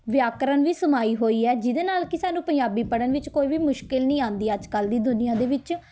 ਵਿਆਕਰਨ ਵਿੱਚ ਸਮਾਈ ਹੋਈ ਹੈ ਜਿਹਦੇ ਨਾਲ ਕਿ ਸਾਨੂੰ ਪੰਜਾਬੀ ਪੜ੍ਹਨ ਵਿੱਚ ਕੋਈ ਵੀ ਮੁਸ਼ਕਿਲ ਨਹੀਂ ਆਉਂਦੀ ਅੱਜ ਕੱਲ੍ਹ ਦੀ ਦੁਨੀਆਂ ਦੇ ਵਿੱਚ